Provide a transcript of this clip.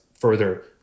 further